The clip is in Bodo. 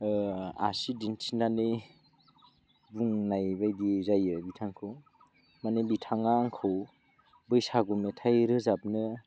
आसि दिन्थिनानै बुंनायबायदि जायो बिथांखौ माने बिथाङा आंखौ बैसागु मेथाइ रोजाबनो